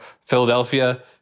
Philadelphia